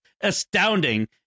astounding